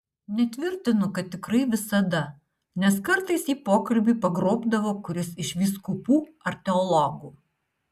netvirtinu kad tikrai visada nes kartais jį pokalbiui pagrobdavo kuris iš vyskupų ar teologų